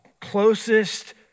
closest